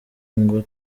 ngo